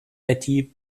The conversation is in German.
betty